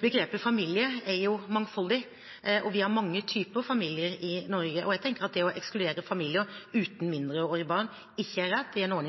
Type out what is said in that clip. Begrepet «familie» er mangfoldig, og vi har mange typer familier i Norge. Jeg tenker at det å ekskludere familier uten mindreårige barn ikke er rett i en ordning